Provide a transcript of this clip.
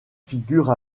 figure